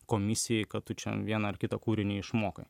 komisijai kad tu čia vieną ar kitą kūrinį išmokai